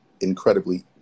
incredibly